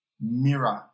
mirror